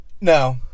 No